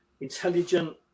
intelligent